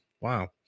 Wow